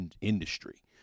industry